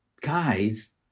guys